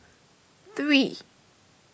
three